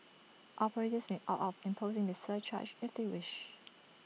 operators may opt out of imposing this surcharge if they wish